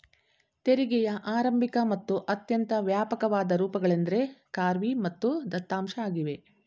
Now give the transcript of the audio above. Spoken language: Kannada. ತೆರಿಗೆಯ ಆರಂಭಿಕ ಮತ್ತು ಅತ್ಯಂತ ವ್ಯಾಪಕವಾದ ರೂಪಗಳೆಂದ್ರೆ ಖಾರ್ವಿ ಮತ್ತು ದತ್ತಾಂಶ ಆಗಿವೆ